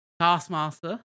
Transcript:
Taskmaster